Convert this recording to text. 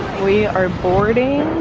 we are boarding.